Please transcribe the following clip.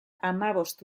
hamabost